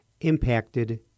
impacted